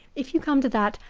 if you come to that,